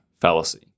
fallacy